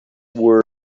were